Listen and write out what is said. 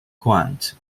grant